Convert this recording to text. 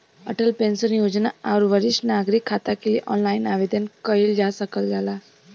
Atal pension योजना आउर वरिष्ठ नागरिक खाता के लिए ऑनलाइन आवेदन कइल जा सकल जाला